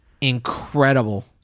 incredible